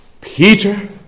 Peter